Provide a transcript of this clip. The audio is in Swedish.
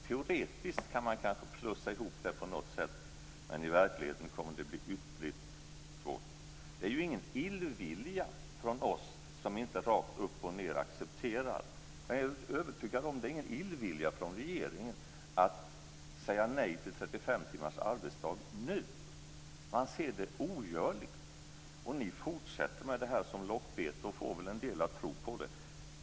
Teoretiskt kan man kanske plussa ihop det på något sätt. Men i verkligheten kommer det att bli ytterligt svårt. Det är ju ingen illvilja från oss som inte rakt upp och ned accepterar detta. Men jag är helt övertygad om att det inte är någon illvilja från regeringen att säga nej till 35 timmars arbetsvecka nu. Man ser det som ogörligt. Men ni fortsätter med detta som lockbete och får väl en del att tro på det.